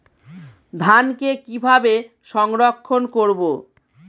ধানকে কিভাবে সংরক্ষণ করব?